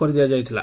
କରିଦିଆଯାଇଥିଲା